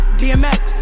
dmx